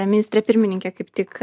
ministrė pirmininkė kaip tik